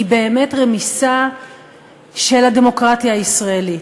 היא באמת רמיסה של הדמוקרטיה הישראלית,